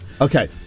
Okay